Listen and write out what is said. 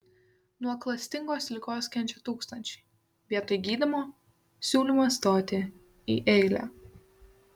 nuo klastingos ligos kenčia tūkstančiai vietoj gydymo siūlymas stoti į eilę